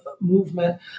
movement